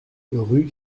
rue